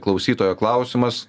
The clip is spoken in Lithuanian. klausytojo klausimas